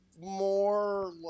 more